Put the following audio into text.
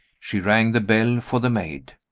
she rang the bell for the maid.